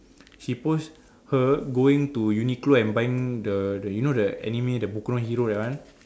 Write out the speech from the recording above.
she post her going to Uniqlo and buying the the you know the anime the hero that one